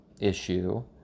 issue